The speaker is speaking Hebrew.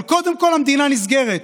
אבל קודם כול המדינה נסגרת.